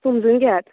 समजून घेयात